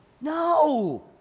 No